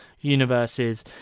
universes